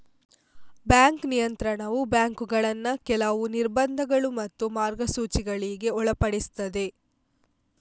bank ನಿಯಂತ್ರಣವು ಬ್ಯಾಂಕುಗಳನ್ನ ಕೆಲವು ನಿರ್ಬಂಧಗಳು ಮತ್ತು ಮಾರ್ಗಸೂಚಿಗಳಿಗೆ ಒಳಪಡಿಸ್ತದೆ